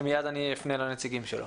ומייד אפנה לנציגים שלו.